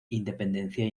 independencia